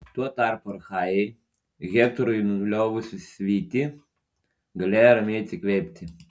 tuo tarpu achajai hektorui liovusis vyti galėjo ramiai atsikvėpti